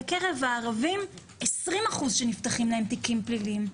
בקרב הערבים יש 20% שנפתחים להם תיקים פליליים.